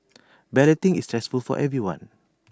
balloting is stressful for everyone